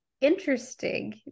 interesting